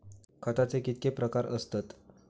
खताचे कितके प्रकार असतत?